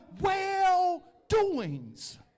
well-doings